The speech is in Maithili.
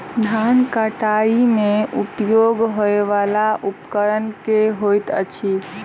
धान कटाई मे उपयोग होयवला उपकरण केँ होइत अछि?